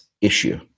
issue